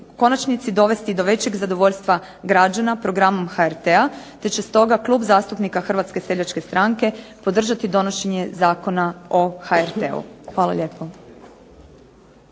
konačnici dovesti do većeg zadovoljstva građana programom HRT-a te će stoga Klub zastupnika Hrvatske seljačke stranke podržati donošenje Zakona o HRT-u. Hvala lijepo.